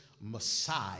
Messiah